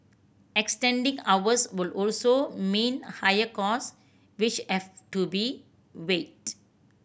extending hours would also mean higher cost which have to be weighed